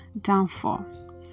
downfall